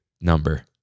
number